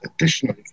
additional